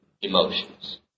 emotions